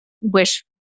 wish